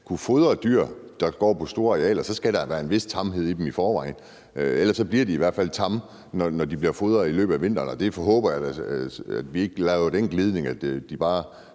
kunne fodre dyr, der går på store arealer, skal der være en vis tamhed i dem i forvejen, ellers bliver de i hvert fald tamme, når de bliver fodret i løbet af vinteren; jeg håber da, at vi ikke laver den glidning, at de bare